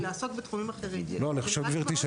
לעסוק בתחומים אחרים נראה לי משמיט -- גברתי,